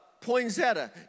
Poinsettia